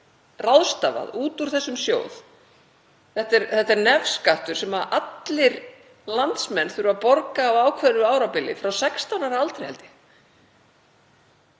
ráðstafað út úr þessum sjóði. Þetta er nefskattur sem allir landsmenn þurfa að borga á ákveðnu árabili, frá 16 ára aldri held ég.